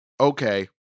okay